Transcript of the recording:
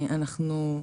אנחנו,